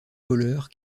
voleurs